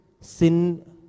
sin